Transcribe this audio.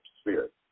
spirit